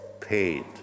paid